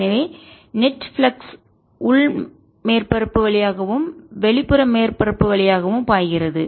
எனவே net flux உள் மேற்பரப்பு வழியாகவும் வெளிப்புற மேற்பரப்பு வழியாகவும் பாய்கிறது